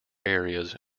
areas